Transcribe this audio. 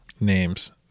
names